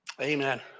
amen